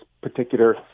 particular